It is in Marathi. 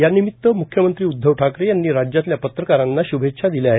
यानिमित मुख्यमंत्री उदधव ठाकरे यांनी राज्यातल्या पत्रकारांना शभेच्छा दिल्या आहेत